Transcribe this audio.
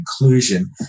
inclusion